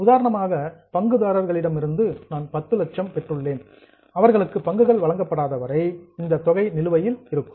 உதாரணமாக பங்குதாரர்களிடம் இருந்து நான் 10 லட்சம் பெற்றுள்ளேன் அவர்களுக்கு பங்குகள் வழங்கப்படாத வரை இந்தத் தொகை நிலுவையில் இருக்கும்